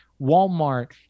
Walmart